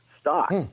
stock